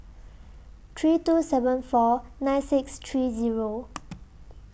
three two seven four nine six three Zero